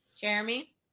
Jeremy